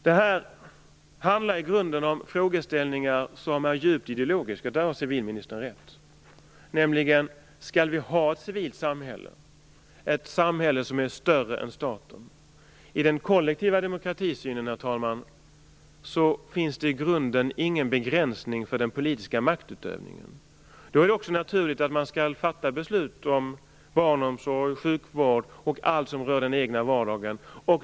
Det handlar i grunden om frågeställningar som är djupt ideologiska, där har civilministern rätt, nämligen: Skall vi ha ett civilt samhälle som är större än staten? I den kollektiva demokratisynen, herr talman, finns det i grunden ingen begränsning för den politiska maktutövningen. Då är det också naturligt att man skall fatta beslut om barnomsorg, sjukvård och allt som rör den egna vardagen.